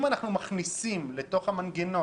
אם אנחנו מכניסים לתוך המנגנון,